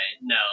No